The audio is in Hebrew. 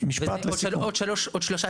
היא עושה בדיקה